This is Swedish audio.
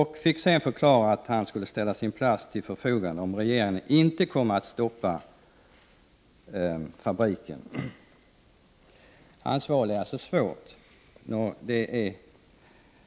Han fick sedan förklara att han skulle ställa sin plats till förfogande om regeringen inte stoppar fabriken. Ansvar är alltså svårt, men det är regeringens eget problem. Ärendet har också överklagats av ett lokalt miljöparti. En mycket stark opinionsgrupp bland befolkningen kämpar mot fabriken. Jag hoppas att jag får utveckla fler synpunkter på skälen till att man gör det.